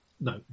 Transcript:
No